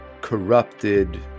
corrupted